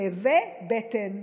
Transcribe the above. כאבי בטן.